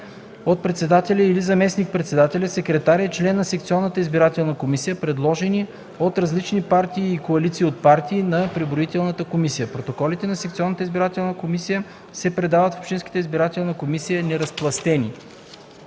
от председателя или заместник-председателя, секретаря и член на секционната избирателна комисия, предложени от различни партии и коалиции от партии, на преброителната комисия. Протоколите на секционната избирателна комисия се предават в общинската избирателна комисия неразпластени.